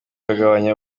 kagabanya